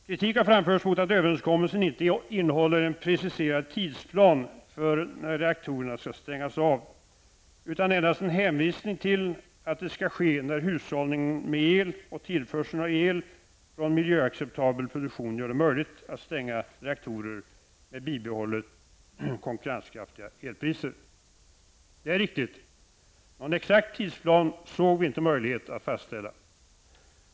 Kritik har framförts mot att överenskommelsen inte innehåller en preciserad tidsplan för när reaktorerna skall stängas av, utan endast en hänvisning till att det skall ske när hushållningen med el och tillförsel av el från miljöacceptabel produktion gör det möjligt att stänga reaktorer med bibehållna konkurrenskraftiga elpriser. Det är riktigt. Någon exakt tidsplan såg vi inte någon möjlighet att fastställa.